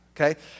Okay